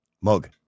Mug